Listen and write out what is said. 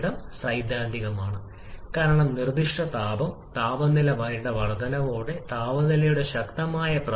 ഡിസോസിയേഷന്റെ പ്രഭാവം റിവേഴ്സ് കെമിക്കലിനെക്കുറിച്ച് സംസാരിക്കുന്നു വളരെ ഉയർന്ന താപനിലയിൽ മാത്രം സംഭവിക്കുന്ന പ്രതികരണം